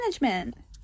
management